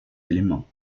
éléments